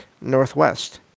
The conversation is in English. northwest